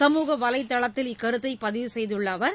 சமூக வலைதளத்தில் இக்கருத்தை பதிவு செய்துள்ள அவர்